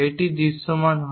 এটি দৃশ্যমান হয়